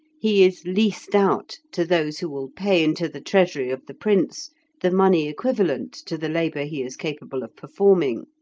he is leased out to those who will pay into the treasury of the prince the money equivalent to the labour he is capable of performing.